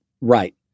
Right